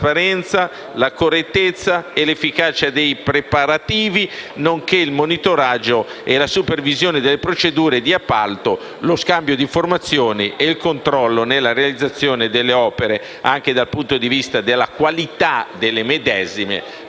la correttezza e l'efficacia dei preparativi, nonché il monitoraggio e la supervisione delle procedure di appalto, lo scambio di informazioni e il controllo nella realizzazione delle opere, anche dal punto di vista della qualità delle medesime.